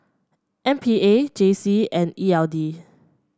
M P A J C and E L D